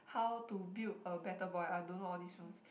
how to build a better boy I don't know all these films